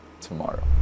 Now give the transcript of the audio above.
tomorrow